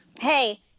Hey